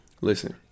Listen